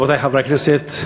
רבותי חברי הכנסת,